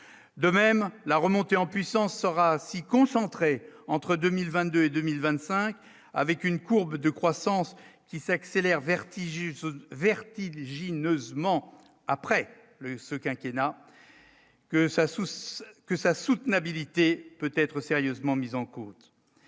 de même la remontée en puissance saura si concentré entre 2022 2025 avec une courbe de croissance qui s'accélère vertigineuse vertigineusement après ce quinquennat que sa source que sa soutenabilité peut-être sérieusement mise en cause